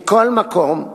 מכל מקום,